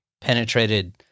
penetrated